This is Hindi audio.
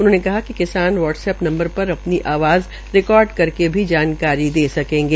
उन्होंने कहा कि किसान वाट्सऐप नंवर पर अपनी आवाज़ रिकार्ड करके भी जानकारी दे सकेंगे